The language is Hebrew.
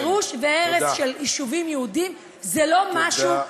גירוש והרס של יישובים יהודיים זה לא משהו,